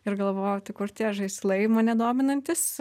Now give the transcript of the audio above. ir galvoju tai kur tie žaislai mane dominantys